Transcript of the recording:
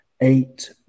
eight